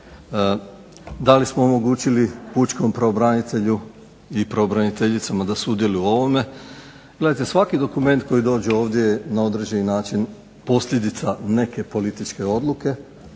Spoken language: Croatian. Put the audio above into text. da li smo omogućili pučkog pravobranitelju i pravobraniteljicama da sudjeluju u ovome. Gledajte svaki dokument koji dođe ovdje je na određeni način posljedica neke političke odluke